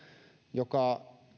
joka